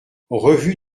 revue